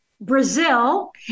Brazil